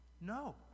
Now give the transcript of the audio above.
no